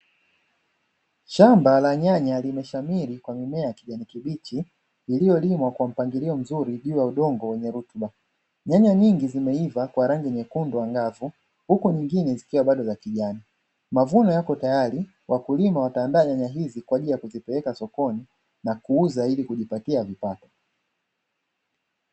Shamba la nyanya limeshamiri kwa mimea ya kijani kibichi iliyolimwa kwa mpangilio mzuri juu ya udongo wenye rutuba. Nyanya nyingi zimeiva kwa rangi nyekundu angavu huku nyingine zikiwa bado za kijani. Mavuno yako tayari, wakulima wataandaa nyanya hizi kwa ajili ya kuzipeleka sokoni na kuuza ili kujipatia kipato.